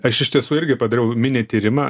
aš iš tiesų irgi padariau mini tyrimą